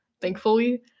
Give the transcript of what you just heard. thankfully